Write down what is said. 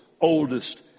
oldest